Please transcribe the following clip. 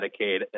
Medicaid